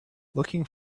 looking